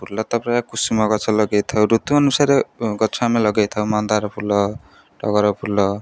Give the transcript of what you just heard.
ଫୁଲ ତ ପ୍ରାୟ କୁସୁମ ଗଛ ଲଗେଇଥାଉ ଋତୁ ଅନୁସାରେ ଗଛ ଆମେ ଲଗେଇଥାଉ ମନ୍ଦାର ଫୁଲ ଟଗର ଫୁଲ